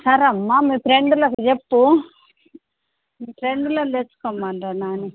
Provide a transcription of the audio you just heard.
సరే అమ్మ మీ ఫ్రెండులకు చెప్పు మీ ఫ్రెండులను తెచ్చుకోమను రా నాని